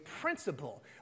principle